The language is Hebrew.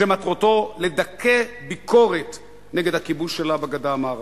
שמטרתו לדכא ביקורת נגד הכיבוש שלה בגדה המערבית.